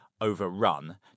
overrun